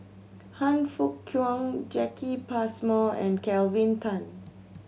Han Fook Kwang Jacki Passmore and Kelvin Tan